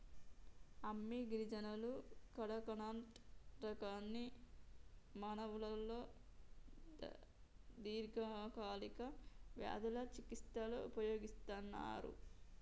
అమ్మి గిరిజనులు కడకనట్ రకాన్ని మానవులలో దీర్ఘకాలిక వ్యాధుల చికిస్తలో ఉపయోగిస్తన్నరు